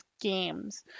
games